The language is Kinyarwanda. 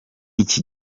iki